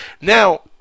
Now